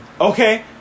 Okay